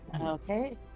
okay